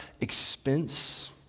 expense